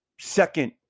Second